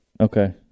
Okay